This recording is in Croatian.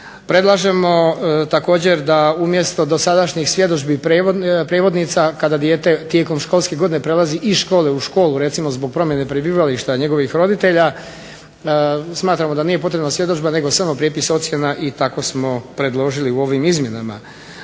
Predlažemo također da umjesto dosadašnjih svjedodžbi prevodnica kada dijete tijekom školske godine prelazi iz škole u školu recimo zbog promjene prebivališta njegovih roditelja, smatramo da nije potrebna svjedodžba nego samo prijepis ocjena i tako smo predložili u ovim izmjenama.